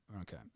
Okay